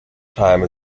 time